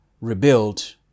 rebuild